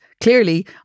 clearly